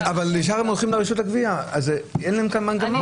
ישר הם הולכים לרשות הגבייה, אז אין מנגנון.